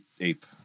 ape